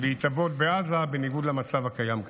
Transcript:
להתהוות בעזה, בניגוד למצב הקיים כיום.